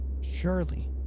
Surely